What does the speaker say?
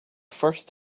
first